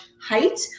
height